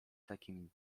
takim